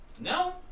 no